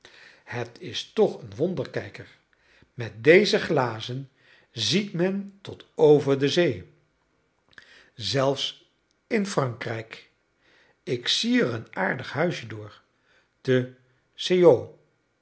het is toch een wonderkijker met deze glazen ziet men tot over de zee zelfs in frankrijk ik zie er een aardig huisje door te